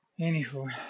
Anywho